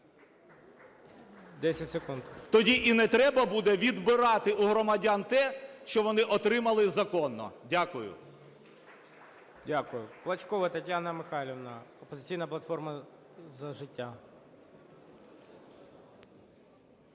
С.В. Тоді і не треба буде відбирати у громадян те, що вони отримали законно. Дякую. ГОЛОВУЮЧИЙ. Дякую. Плачкова Тетяна Михайлівна, "Опозиційна платформа – За життя".